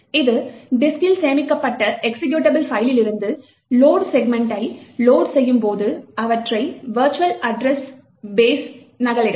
இது டிஸ்கில் சேமிக்கப்பட்ட எக்சிகியூட்டபிள் பைலிருந்து லோட் செக்மெண்டை லோட் செய்து அவற்றை வெர்ச்சுவல் அட்ரஸ் பேஸில் நகலெடுக்கும்